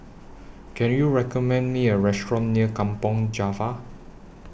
Can YOU recommend Me A Restaurant near Kampong Java